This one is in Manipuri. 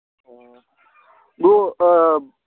ꯑꯣ ꯕ꯭ꯔꯣ